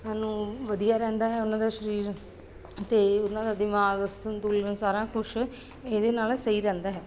ਨੂੰ ਵਧੀਆ ਰਹਿੰਦਾ ਹੈ ਉਹਨਾਂ ਦਾ ਸਰੀਰ ਅਤੇ ਉਹਨਾਂ ਦਾ ਦਿਮਾਗ ਸੰਤੁਲਨ ਸਾਰਾ ਕੁਛ ਇਹਦੇ ਨਾਲ ਸਹੀ ਰਹਿੰਦਾ ਹੈ